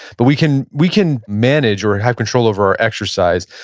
but we can we can manage, or have control over our exercise.